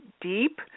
deep